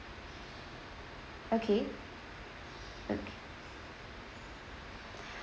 okay